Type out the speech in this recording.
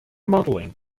modeling